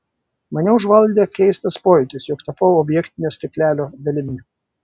mane užvaldė keistas pojūtis jog tapau objektinio stiklelio dalimi